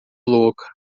louca